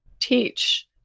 teach